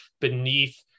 beneath